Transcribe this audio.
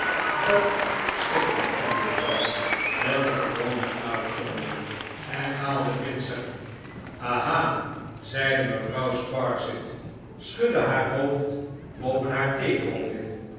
dat schikt nogal juffrouw met de gewone uitzondering herhaalde bitzer ah ah zeide mevrouw sparsit schudde haar hoofd boven haar